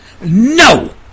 No